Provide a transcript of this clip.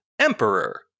Emperor